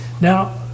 Now